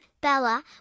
Bella